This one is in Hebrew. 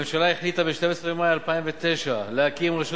הממשלה החליטה ב-12 במאי 2009 להקים רשות